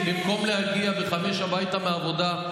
במקום להגיע ב-17:00 הביתה מהעבודה,